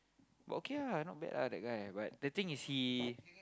but okay ah not bad ah that guy but the thing is he